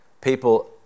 People